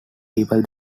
people